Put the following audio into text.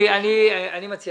אני מבקש